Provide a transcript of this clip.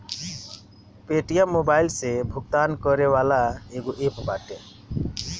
Paytm mobile से भुगतान करे वाला एगो एप्प बाटे